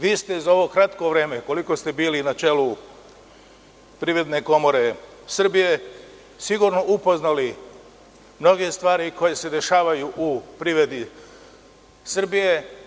Vi ste za ovo kratko vreme koliko ste bili na čelu PKS sigurno upoznali mnoge stvari koje se dešavaju u privredi Srbije.